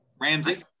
Ramsey